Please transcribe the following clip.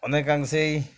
অনেকাংশেই